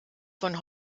von